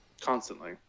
Constantly